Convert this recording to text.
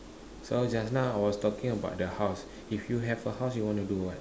so just now I was talking about the house if you have a house you want to do what